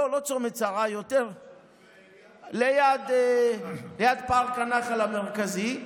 לא, לא צומת שרה, ליד פארק הנחל המרכזי.